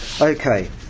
Okay